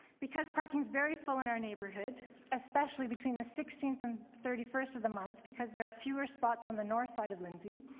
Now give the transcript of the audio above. because parking is very full in our neighborhood especially between the sixteenth and thirty first of the month because there are fewer spots on the north side of lindsey,